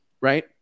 right